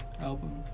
album